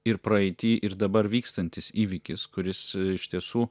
ir praeity ir dabar vykstantis įvykis kuris iš tiesų